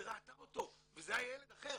היא ראתה אותו וזה היה ילד אחר.